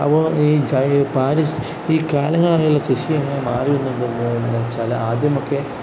അപ്പോൾ ഈ ഈ കാലങ്ങളായുള്ള കൃഷി മാറിവരുന്നത് എന്ന് വെച്ചാൽ ആദ്യമൊക്കെ